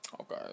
Okay